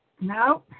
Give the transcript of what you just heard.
no